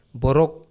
borok